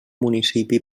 municipi